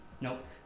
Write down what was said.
Nope